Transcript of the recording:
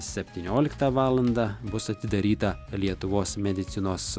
septynioliktą valandą bus atidaryta lietuvos medicinos